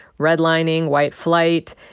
redlining, white flight,